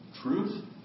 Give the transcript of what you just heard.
truth